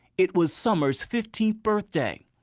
it was summers fifteenth birthday.